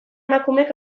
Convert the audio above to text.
emakumek